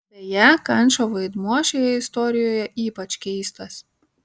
beje kančo vaidmuo šioje istorijoje ypač keistas